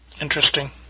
Interesting